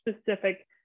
specific